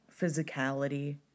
physicality